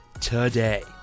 today